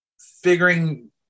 figuring